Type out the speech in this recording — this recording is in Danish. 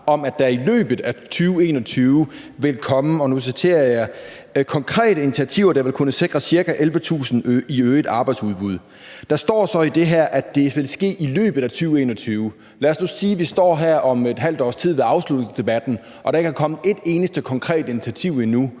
til at der i løbet af 2021 vil komme: »... konkrete initiativer, der vil kunne sikre cirka 11.000 i øget arbejdsudbud«. Der står så i det her, at det vil ske i løbet af 2021. Lad os nu sige, at vi står her om et halvt års tid ved afslutningsdebatten og der ikke er kommet et eneste konkret initiativ endnu,